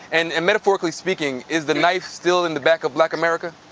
and and metaphorically speaking, is the knife still in the back of black america?